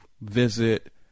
visit